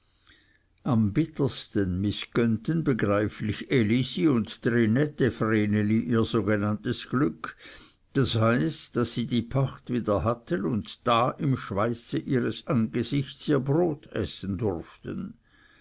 am bittersten mißgönnten begreiflich elisi und trinette vreneli ihr sogenanntes glück das heißt daß sie die pacht wieder hatten und da im schweiße ihres angesichts ihr brot essen durften